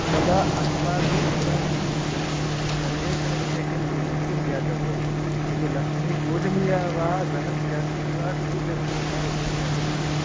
तदा अस्माभिः इदानीं तस्य अन्वेषणविषये किं किं ज्ञातव्यं यदि लक्ष्मीपूजनीया वा धनं त्याज्यं वा स्वीकरणीयं वा इति ज्ञातुमिच्छामि